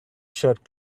shirt